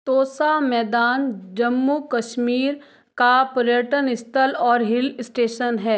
तोसा मैदान जम्मू कश्मीर का पर्यटन स्थल और हिल स्टेशन है